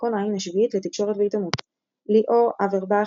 בלקסיקון "העין השביעית" לתקשורת ועיתונות לי-אור אברבך,